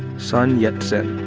sun yat-sen